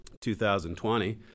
2020